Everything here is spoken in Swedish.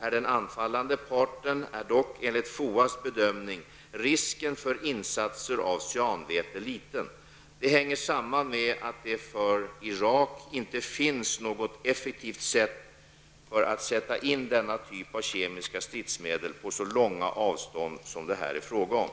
är den anfallande parten är dock, enligt FOAs bedömning, risken för insatser av cyanväte liten. Det hänger samman med att det för Irak inte finns något effektivt sätt för att sätta in denna typ av kemiska stridsmedel på så långa avstånd som det här är fråga om.